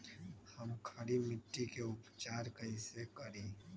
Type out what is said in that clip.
हम खड़ी मिट्टी के उपचार कईसे करी?